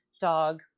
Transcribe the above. dog